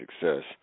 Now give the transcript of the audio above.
success